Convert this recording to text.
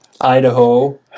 Idaho